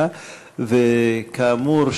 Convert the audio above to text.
וכאמור,